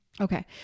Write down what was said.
Okay